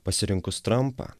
pasirinkus trampą